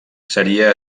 seria